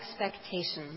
expectations